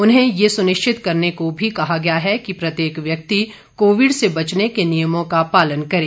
उन्हें यह सुनिश्चित करने को भी कहा गया है कि प्रत्येक व्यक्ति कोविड से बचने के नियमों का पालन करे